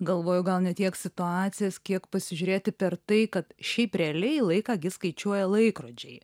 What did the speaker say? galvoju gal ne tiek situacijas kiek pasižiūrėti per tai kad šiaip realiai laiką gi skaičiuoja laikrodžiai